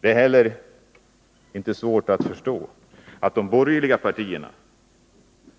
Det är inte heller svårt att förstå att de borgerliga partierna